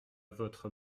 votre